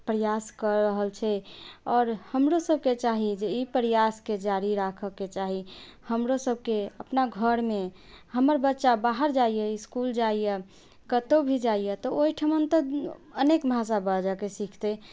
प्रयास कऽ रहल छै आओर हमरो सबके चाही जे ई प्रयासके जारी राखऽके चाही हमरो सबके अपना घरमे हमर बच्चा बाहर जाइए इसकुल जाइए कतौ भी जाइए तऽ ओइठमा तऽ अनेक भाषा बाजैके सीखतै